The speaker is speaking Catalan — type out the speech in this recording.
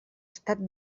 estat